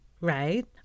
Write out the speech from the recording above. right